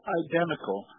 identical